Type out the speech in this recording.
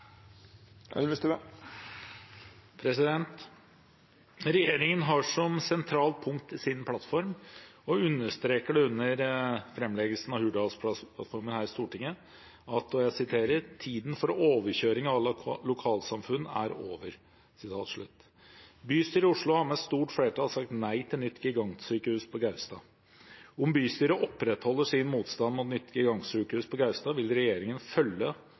har som sentralt punkt i sin plattform, og understreket det under fremleggelsen av Hurdalsplattformen, at «tiden for overkjøring av lokalsamfunn er over». Bystyret i Oslo har med stort flertall sagt nei til nytt gigantsykehus på Gaustad. Om bystyret opprettholder sin motstand mot nytt gigantsykehus på Gaustad, vil regjeringen følge